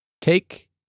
Take